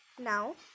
Now